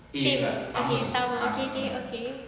a okay sama okay okay okay